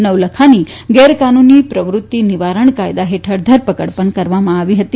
નવલખાની ગેરકાનૂની પ્રવૃત્તિ નિવારણ કાયદા હેઠળ ધરપકડ પણ કરવામાં આવી હતી